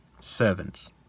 Servants